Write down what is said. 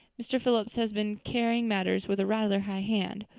mr. phillips has been carrying matters with a rather high hand.